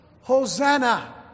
Hosanna